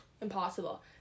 impossible